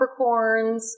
Capricorns